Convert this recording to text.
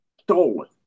stolen